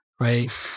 right